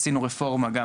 עשינו רפורמה גם